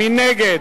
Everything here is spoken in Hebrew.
מי נגד?